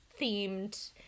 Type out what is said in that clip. themed